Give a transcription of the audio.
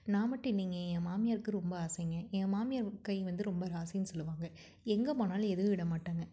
நான் மட்டும் இல்லைங்க என் மாமியாருக்கும் ரொம்ப ஆசைங்க என் மாமியார் கை வந்து ரொம்ப ராசின்னு சொல்லுவாங்க எங்கே போனாலும் எதுவும் விட மாட்டாங்க